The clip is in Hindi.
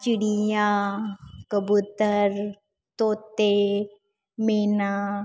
चिड़िया कबूतर तोते मैना